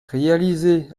réalisés